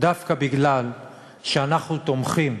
דווקא מפני שאנחנו תומכים,